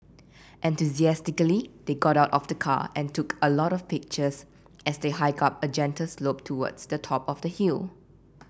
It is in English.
enthusiastically they got out of the car and took a lot of pictures as they hiked up a gentle slope towards the top of the hill